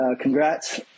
Congrats